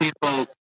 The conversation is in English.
people